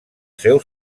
seu